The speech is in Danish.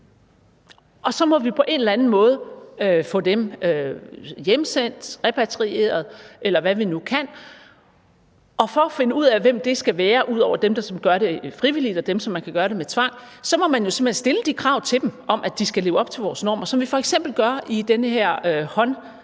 Og så må vi på en eller anden måde få dem hjemsendt, repatrieret, eller hvad vi nu kan, og for at finde ud af, hvem det skal være ud over dem, som gør det frivilligt, og dem, som man kan gøre det med med tvang, må man simpelt hen stille de krav til dem om, at de skal leve op til vores normer, som vi f.eks. gør i den her